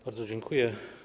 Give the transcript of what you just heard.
Bardzo dziękuję.